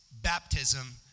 baptism